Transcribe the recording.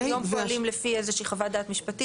היום פועלים לפי איזה חוות דעת משפטית,